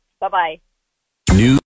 Bye-bye